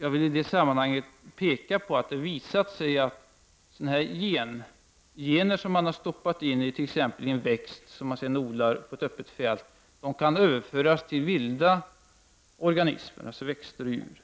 Jag vill i detta sammanhang påpeka att det har visat sig att gener som man har stoppat in i t.ex. växter som sedan har odlats på ett öppet fält kan överföras till vilda organismer, alltså växter och djur.